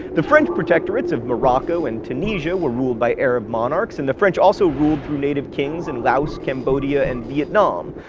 the french protectorates of morocco and tunisia were ruled by arab monarchs, and the french also ruled through native kings in laos, cambodia, and vietnam.